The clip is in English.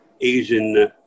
Asian